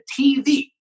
TV